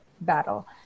battle